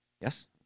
yes